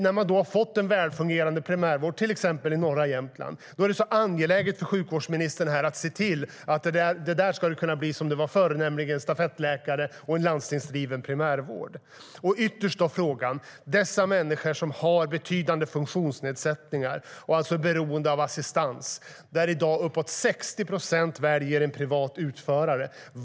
När det blir en välfungerande primärvård, till exempel i norra Jämtland, är det angeläget för sjukvårdsministern att se till att det ska bli som förr, det vill säga stafettläkare och en landstingsdriven primärvård. Ytterst har vi frågan om människor med betydande funktionsnedsättningar som är beroende av assistans. I dag väljer uppemot 60 procent en privat utförare.